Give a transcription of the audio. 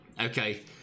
okay